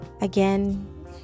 again